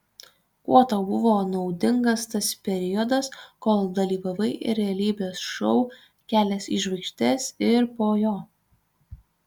kuo tau buvo naudingas tas periodas kol dalyvavai realybės šou kelias į žvaigždes ir po jo